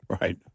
Right